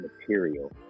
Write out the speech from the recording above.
material